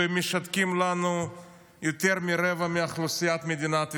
ומשתקים לנו יותר מרבע מאוכלוסיית מדינת ישראל.